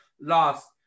lost